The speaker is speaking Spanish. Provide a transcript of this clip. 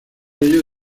ello